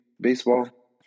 baseball